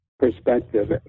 Perspective